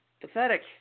Pathetic